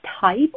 type